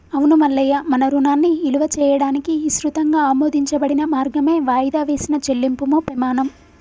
అవును మల్లయ్య మన రుణాన్ని ఇలువ చేయడానికి ఇసృతంగా ఆమోదించబడిన మార్గమే వాయిదా వేసిన చెల్లింపుము పెమాణం